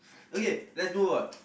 okay let's move on